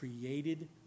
created